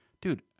dude